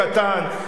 קטן,